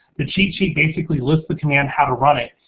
the cheat sheet basically lists the command how to run it,